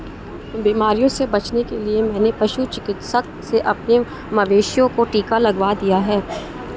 बीमारियों से बचने के लिए मैंने पशु चिकित्सक से अपने मवेशियों को टिका लगवा दिया है